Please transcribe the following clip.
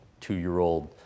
two-year-old